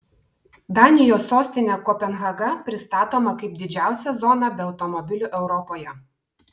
danijos sostinė kopenhaga pristatoma kaip didžiausia zona be automobilių europoje